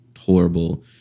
horrible